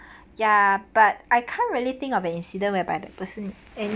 ya but I can't really think of an incident whereby the person